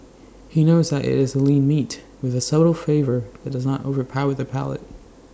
he knows that IT is A lean meat with A subtle flavour that does not overpower the palate